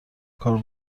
کار